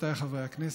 רבותיי חברי הכנסת,